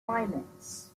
climates